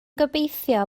gobeithio